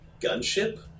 gunship